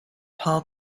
paul